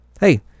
hey